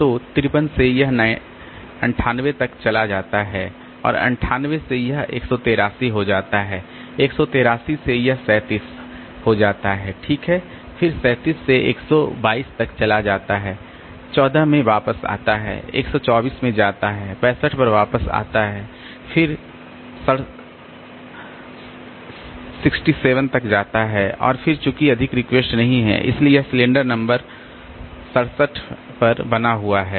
तो 53 से यह 98 तक चला जाता है और 98 से यह 183 हो जाता है 183 से यह 37 ठीक है फिर 37 से 122 तक चला जाता है 14 में वापस आता है 124 में जाता है 65 पर वापस आता है फिर 67 तक जाता है और फिर चूंकि अधिक रिक्वेस्ट नहीं है इसलिए यह सिलेंडर नंबर 67 पर बना हुआ है